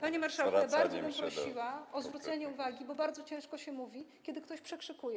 Panie marszałku, bardzo bym prosiła o zwrócenie uwagi, bo bardzo ciężko się mówi, kiedy ktoś przekrzykuje.